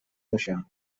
mission